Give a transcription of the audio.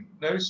No